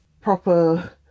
Proper